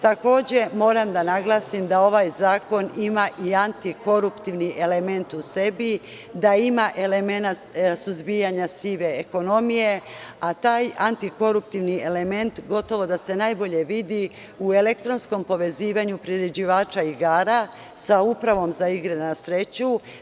Takođe, moram da naglasim da ovaj zakon ima i atikoruptivni element u sebi, da ima element suzbijanja sive ekonomije, a taj antikoruptivni element gotovo da se najbolje vidi u elektronskom povezivanju priređivača igara sa Upravom za igre na sreće.